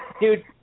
Dude